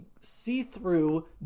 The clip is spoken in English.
see-through